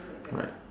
right